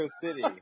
City